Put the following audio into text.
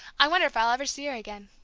i wonder if i'll ever see her again!